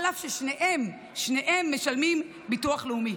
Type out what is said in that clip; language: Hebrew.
אף ששניהם משלמים ביטוח לאומי.